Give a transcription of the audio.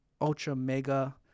ultra-mega